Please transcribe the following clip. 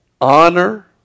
honor